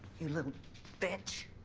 you little bitch.